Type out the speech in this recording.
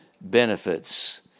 benefits